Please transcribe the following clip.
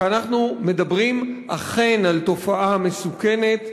כי אנחנו מדברים אכן על תופעה מסוכנת,